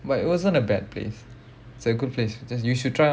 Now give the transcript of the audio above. but it wasn't a bad place it's a good place just you should try one day